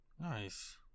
Nice